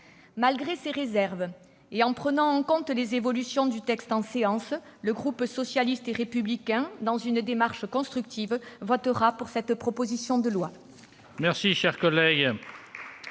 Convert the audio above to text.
de ces réserves et en prenant en compte les évolutions du texte en séance, le groupe socialiste et républicain, dans une démarche constructive, votera cette proposition de loi.